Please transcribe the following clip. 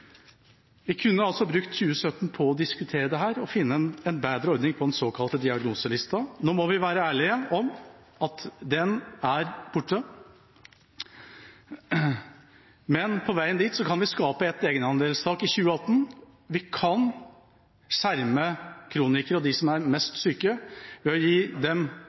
Vi kunne altså brukt 2017 til å diskutere dette og finne en bedre ordning for den såkalte diagnoselisten. Nå må vi være ærlige om at den er borte. Men på veien dit kan vi skape et egenandelstak i 2018. Vi kan skjerme kronikere og de som er mest syke, ved å gi dem